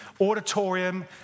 auditorium